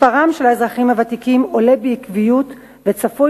מספרם של האזרחים הוותיקים עולה בעקביות וצפוי